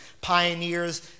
pioneers